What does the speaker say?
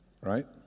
right